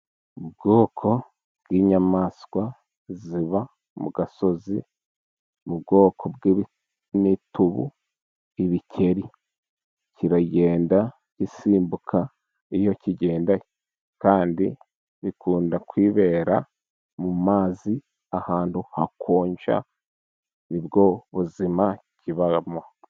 Ubwoko bw'inyamaswa ziba mu gasozi mu bwoko bw'imitubu, igikeri kiragenda gisimbuka iyo kigenda, kandi bikunda kwibera mu mu mazi ahantu hakonja ni bwo buzima kibamo.